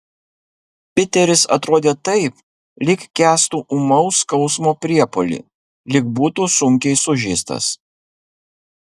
piteris atrodė taip lyg kęstų ūmaus skausmo priepuolį lyg būtų sunkiai sužeistas